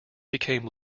became